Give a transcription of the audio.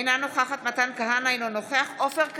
אינה נוכחת מתן כהנא, אינו נוכח עופר כסיף,